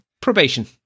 Probation